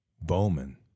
Bowman